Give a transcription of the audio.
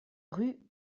rue